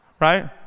Right